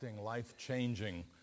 life-changing